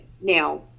Now